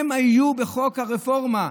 היו בחוק הרפורמה.